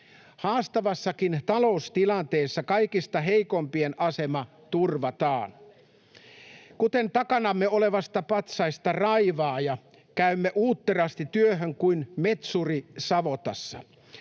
Haastavassakin taloustilanteessa kaikista heikoimpien asema turvataan. Kuten takanamme olevista patsaista Raivaaja, käymme uutterasti työhön kuin metsuri savotassa.